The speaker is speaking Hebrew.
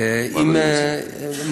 מה אדוני מציע?